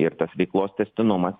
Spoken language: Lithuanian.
ir tas veiklos tęstinumas